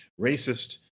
racist